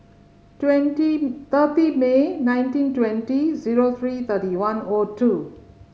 twenty thirty May nineteen twenty zero three thirty one O two